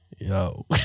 yo